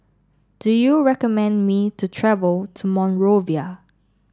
do you recommend me to travel to Monrovia